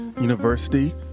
university